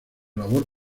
labor